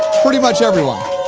pretty much everyone.